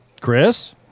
Chris